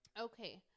okay